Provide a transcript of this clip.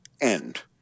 end